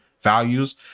values